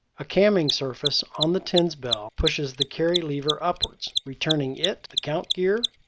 a camming surface on the tens bell pushes the carry lever upwards, returning it, the count gear,